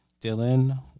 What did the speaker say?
Dylan